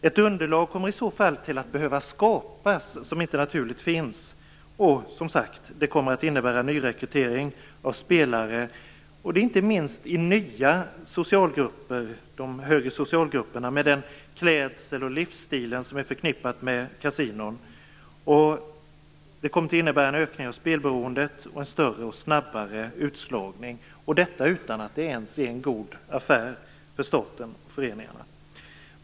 Ett underlag kommer i så fall att behöva skapas, som inte finns naturligt. Det kommer, som sagt var, att innebära nyrekrytering av spelare, inte minst i de högre socialgrupperna, med den klädsel och livsstil som är förknippade med kasinon. Det kommer att innebära en ökning av spelberoendet och en större och snabbare utslagning - detta utan att det ens är en god affär för staten och föreningarna.